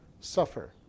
suffer